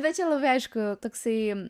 bet čia labai aišku toksai